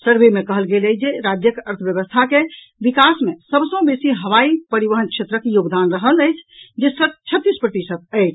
survey मे कहल गेल अछि जे राज्यक अर्थव्यवस्था के विकास मे सभ सॅ बेसी हवाई परिवहन क्षेत्रक योगदान रहल अछि जे छत्तीस प्रतिशत अछि